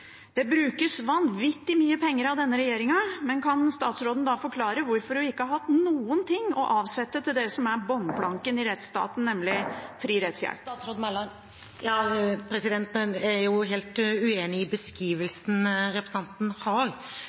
Det brukes vanvittig mye penger av denne regjeringen. Kan statsråden forklare hvorfor hun ikke har hatt noen ting å avsette til det som er bunnplanken i rettsstaten, nemlig fri rettshjelp? Jeg er helt uenig i beskrivelsen representanten har.